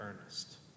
earnest